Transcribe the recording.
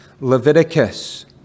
Leviticus